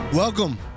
Welcome